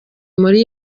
muri